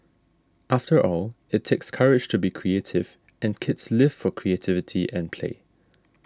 after all it takes courage to be creative and kids live for creativity and play